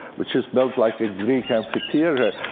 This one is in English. which is built like a greek amphitheatre,